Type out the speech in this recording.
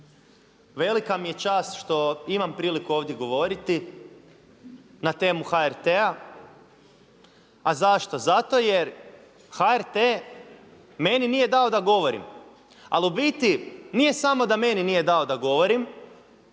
velika mi je čast što imam priliku ovdje govoriti na temu HRT-a. A zašto? Zato jer HRT meni nije dao da govorim. Ali u biti nije samo da meni nije dao da govorim